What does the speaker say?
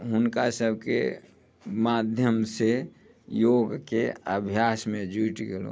हुनका सबके माध्यमसँ योगके अभ्यासमे जुटि गेलहुँ